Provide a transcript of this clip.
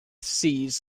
seas